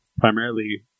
primarily